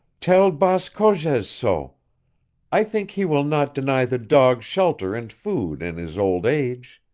tell baas cogez so i think he will not deny the dog shelter and food in his old age.